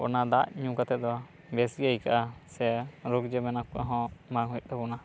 ᱚᱱᱟ ᱫᱟᱜ ᱧᱩ ᱠᱟᱛᱮᱫ ᱫᱚ ᱵᱮᱥ ᱜᱮ ᱟᱹᱭᱠᱟᱹᱜᱼᱟ ᱥᱮ ᱨᱳᱜᱽ ᱡᱤᱵᱟᱱᱩ ᱠᱚᱦᱚᱸ ᱵᱟᱝ ᱦᱩᱭᱩᱜ ᱛᱟᱵᱚᱱᱟ